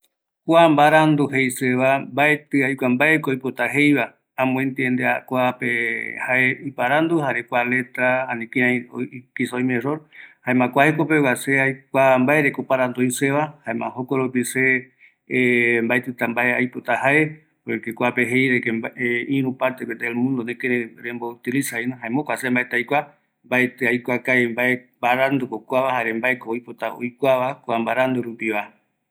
﻿Kua mbarandu jei seva, mbaeti aikua mbaeko oipota jeiva, amoentienmdea kuape jae iparandu jare kua letra ani kirai kiza oime error, jaema kua jekopegua se aikua mbaereko oparandu öi seva, jaema jokoropi se mbaetita mbae oipota jae porque kuape jei de que irü partepe jei el mundo nekirei reemboutiliza jeino jaema jokua se mbaeti aikua, mbaeti aikua kavi mbae mbaranduko kuava jare mbaeko oipota oikuava kua mbarandu rupiva